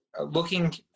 looking